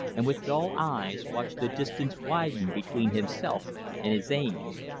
and with dull eyes watched the distance widen between himself and his aims.